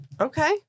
Okay